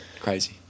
Crazy